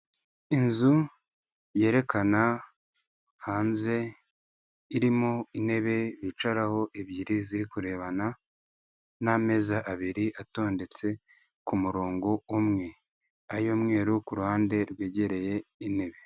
Inzu yerekana hanze irimo intebe bicaraho ebyiri ziri kurebana n'ameza abiri atondetse ku murongo umwe, ay'umweru ku ruhande rwegereye intebe.